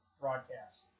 broadcast